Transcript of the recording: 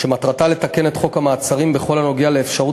ומטרתה לתקן את חוק המעצרים בכל הנוגע לאפשרות